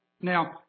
Now